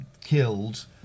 killed